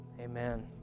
amen